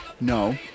No